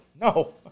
No